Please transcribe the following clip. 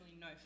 no